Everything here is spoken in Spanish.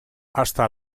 hasta